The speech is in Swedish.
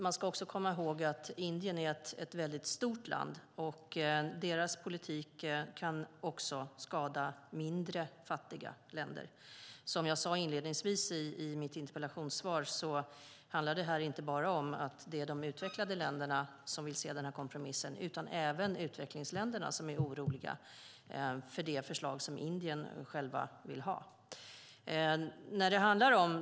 Man ska också komma ihåg att Indien är ett stort land. Deras politik kan också skada mindre, fattiga länder. Som jag sade inledningsvis i mitt interpellationssvar handlar detta inte bara om att det är de utvecklade länderna som vill se denna kompromiss. Även utvecklingsländerna är oroliga för det förslag som Indien självt vill ha.